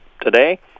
today